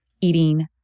eating